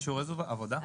עבודה.